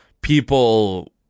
people